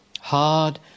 hard